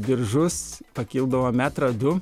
diržus pakildavom metrą du